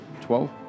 Twelve